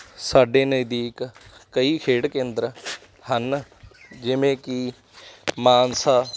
ਸਾਡੇ ਨਜ਼ਦੀਕ ਕਈ ਖੇਡ ਕੇਂਦਰ ਹਨ ਜਿਵੇਂ ਕਿ ਮਾਨਸਾ